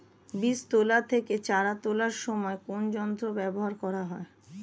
বীজ তোলা থেকে চারা তোলার সময় কোন যন্ত্র ব্যবহার করা হয়?